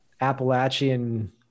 Appalachian